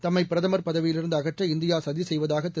தம்மை பிரதமர் பதவியிலிருந்து அகற்ற இந்தியா சதி செய்வதாக திரு